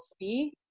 see